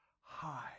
high